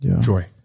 joy